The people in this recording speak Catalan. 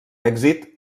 èxit